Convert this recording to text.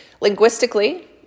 Linguistically